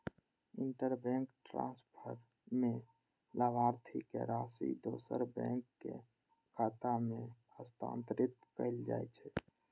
interbank transfer मे लाभार्थीक राशि दोसर बैंकक खाता मे हस्तांतरित कैल जाइ छै